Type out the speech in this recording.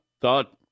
thought